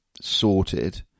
sorted